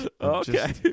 Okay